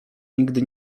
nigdy